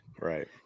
Right